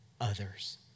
others